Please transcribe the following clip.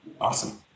Awesome